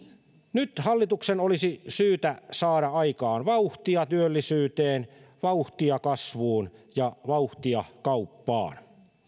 nyt hallituksen olisi syytä saada aikaan vauhtia työllisyyteen vauhtia kasvuun ja vauhtia kauppaan